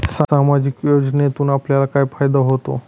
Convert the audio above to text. सामाजिक योजनेतून आपल्याला काय फायदा होतो?